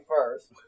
first